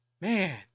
man